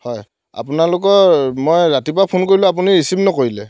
হয় আপোনালোকৰ মই ৰাতিপুৱা ফোন কৰিলোঁ আপুনি ৰিচিভ নকৰিলে